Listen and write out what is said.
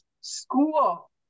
school